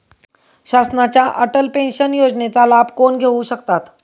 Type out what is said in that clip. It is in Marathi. शासनाच्या अटल पेन्शन योजनेचा लाभ कोण घेऊ शकतात?